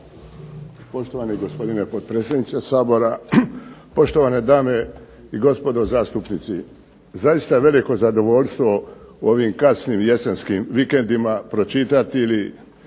Poštovani gospodine potpredsjedniče Sabora, poštovane dame i gospodo zastupnici. Zaista je veliko zadovoljstvo u ovim kasnim jesenskim vikendima pročitati ili